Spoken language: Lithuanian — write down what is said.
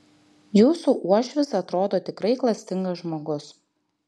jūsų uošvis atrodo tikrai klastingas žmogus